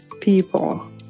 people